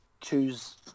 choose